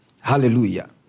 Hallelujah